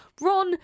Ron